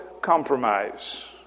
compromise